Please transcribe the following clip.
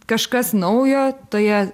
kažkas naujo toje